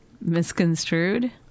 Misconstrued